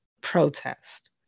protest